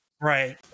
right